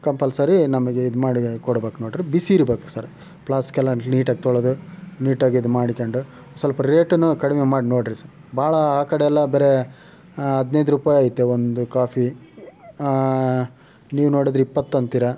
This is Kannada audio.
ಕಂಪಲ್ಸರಿ ನಮಗೆ ಇದ್ಮಾಡಿ ಕೊಡ್ಬೇಕು ನೋಡ್ರಿ ಬಿಸಿ ಇರ್ಬೇಕು ಸರ್ ಪ್ಲಾಸ್ಕೆಲ್ಲ ನೀಟಾಗಿ ತೊಳೆದು ನೀಟಾಗೆ ಇದ್ಮಾಡಿಕ್ಯಂಡು ಸ್ವಲ್ಪ ರೇಟನ್ನು ಕಡಿಮೆ ಮಾಡಿ ನೋಡ್ರಿ ಸರ್ ಭಾಳ ಆ ಕಡೆಯೆಲ್ಲ ಬರೇ ಹದಿನೈದು ರೂಪಾಯಿ ಐತೆ ಒಂದು ಕಾಫಿ ನೀವು ನೋಡಿದ್ರೆ ಇಪ್ಪತ್ತು ಅಂತಿರ